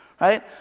Right